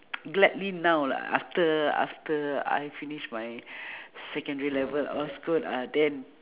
gladly now lah after after I finish my secondary level of school ah then